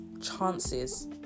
chances